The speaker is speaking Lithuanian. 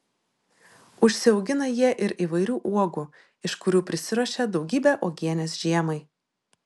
užsiaugina jie ir įvairių uogų iš kurių prisiruošia daugybę uogienės žiemai